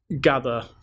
gather